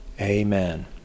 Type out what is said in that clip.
amen